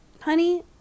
Honey